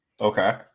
Okay